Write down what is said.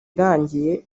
irangiye